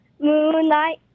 moonlight